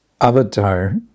avatar